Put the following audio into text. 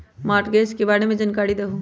Mortgage के बारे में जानकारी देहु?